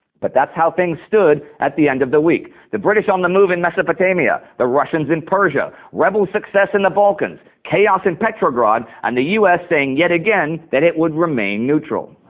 but that's how things stood at the end of the week. the british on the move in mesopotamia, the russians in persia, rebel success in the balkans, chaos in petrograd, and the us saying yet again that it would remain neutral.